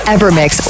Evermix